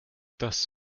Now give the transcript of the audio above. das